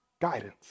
guidance